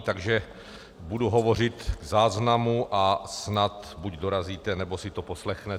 Takže budu hovořit v záznamu a snad buď dorazíte, nebo si to poslechnete.